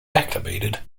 activated